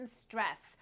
stress